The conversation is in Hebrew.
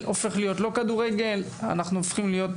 אנחנו הופכים להיות